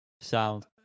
Sound